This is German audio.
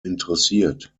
interessiert